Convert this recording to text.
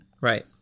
Right